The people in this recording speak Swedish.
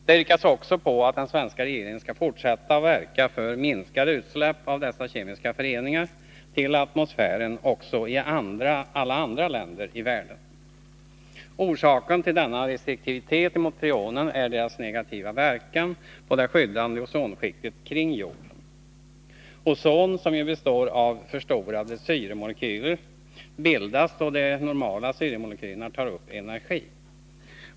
Det yrkas också att den svenska regeringen skall fortsätta att verka för minskade utsläpp av dessa kemiska föreningar till atmosfären också i alla andra länder i världen. Orsaken till denna restriktivitet mot freoner är deras negativa verkan på det skyddande ozonskiktet kring jorden. Ozon, som ju består av förstorade syremolekyler, bildas då de normala syremolekylerna tar upp energi.